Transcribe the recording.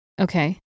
Okay